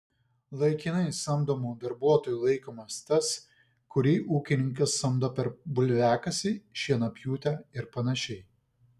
laikinai samdomu darbuotoju laikomas tas kurį ūkininkas samdo per bulviakasį šienapjūtę ir panašiai